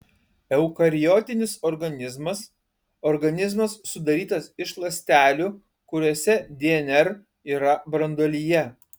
eukariotinis organizmas organizmas sudarytas iš ląstelių kuriose dnr yra branduolyje